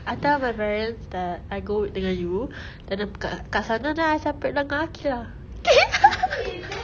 I tell my parents that I go dengan you then kat kat sana then I separate lah dengan aqil lah